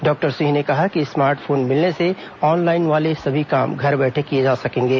doctor Singh ने कहा कि स्मार्ट फोन मिलने से ऑनलाइन वाले सभी काम घर बैठे किए जा सकेंगे